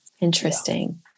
interesting